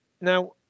Now